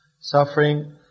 suffering